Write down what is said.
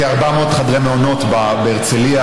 כ-400 חדרי מעונות בהרצליה,